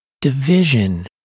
division